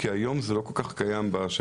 כי היום זה לא כל כך קיים בשטח.